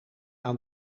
aan